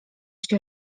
się